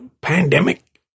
pandemic